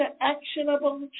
actionable